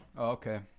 Okay